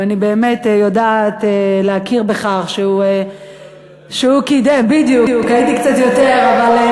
ואני באמת יודעת להכיר בכך, עכשיו סיבכת אותו.